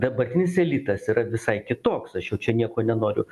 dabartinis elitas yra visai kitoks aš jau čia nieko nenoriu